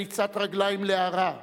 בריצת רגליים להרע: